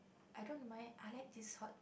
I don't mind I like this hot